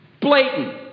blatant